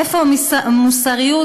איפה המוסריות?